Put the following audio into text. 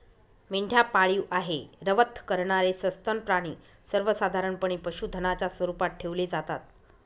मेंढ्या पाळीव आहे, रवंथ करणारे सस्तन प्राणी सर्वसाधारणपणे पशुधनाच्या स्वरूपात ठेवले जातात